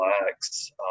relax